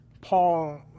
Paul